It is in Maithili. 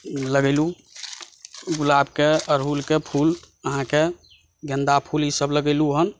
लगेलहुँ गुलाबके उड़हुलके फुल अहाँकेँ गेन्दा फुल सभ लगेलहुँ हम